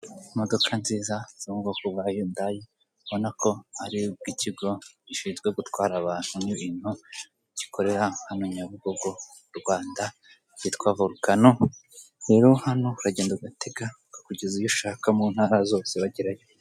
Imodoka nziza zo mu bwoko bwa yundayi ubona ko ari ubw'ikigo gishinzwe gutwara abantu n'ibintu gikorera hano nyabugogo mu Rwanda cyitwa vorukano, rero hano uragenda ugatega ukakugeza iyo ushaka mu ntara zose zibagerayo.